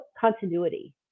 continuity